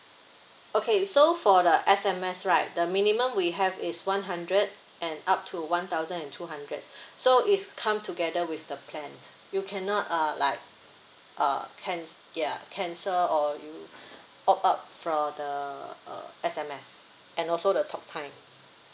okay so for the S_M_S right the minimum we have is one hundred and up to one thousand and two hundred so is come together with the plan you cannot uh like uh canc~ yeah cancel or you opt out for the uh S_M_S and also the talk time